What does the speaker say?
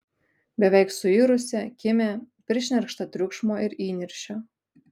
beveik suirusią kimią prišnerkštą triukšmo ir įniršio